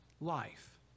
life